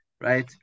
Right